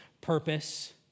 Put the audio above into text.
purpose